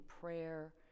prayer